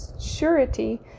surety